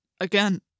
Again